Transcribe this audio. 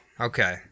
Okay